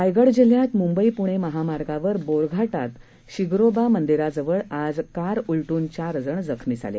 रायगडजिल्ह्यातमुंबईप्णेमहामार्गावरबोरघाटातशिग्रोबामंदिराजवळआजकारउलटून चारजणजखमीझाले